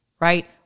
right